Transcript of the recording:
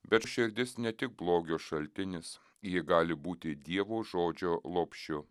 bet širdis ne tik blogio šaltinis ji gali būti dievo žodžio lopšiu